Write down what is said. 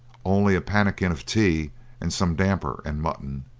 only a pannikin of tea and some damper and mutton.